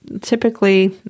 typically